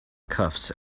cuffs